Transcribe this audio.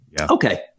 Okay